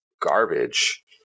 garbage